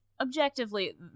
objectively